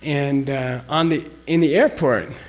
and on the. in the airport.